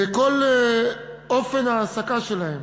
כל אופן ההעסקה שלהן